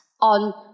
on